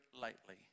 lightly